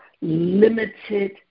limited